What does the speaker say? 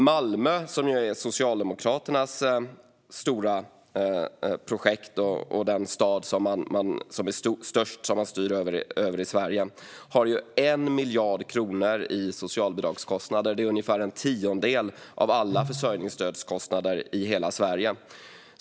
Malmö, som ju är Socialdemokraternas stora projekt och den största stad man styr över i Sverige, har 1 miljard kronor i socialbidragskostnader. Det är ungefär en tiondel av alla försörjningsstödskostnader i hela Sverige.